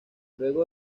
luego